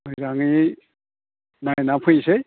मोजाङै नायना फैनोसै